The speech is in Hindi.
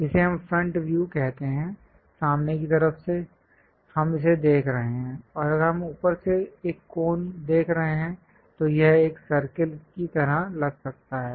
इसे हम फ्रंट व्यू कहते हैं सामने की तरफ से हम इसे देख रहे हैं और अगर हम ऊपर से एक कोन देख रहे हैं तो यह एक सर्कल की तरह लग सकता है